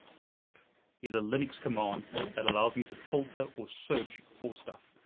grep is a linux command that allows me to filter or search for stuff.